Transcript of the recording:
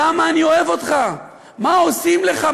כמה אני אוהב אותך, מה עושים לך?